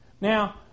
Now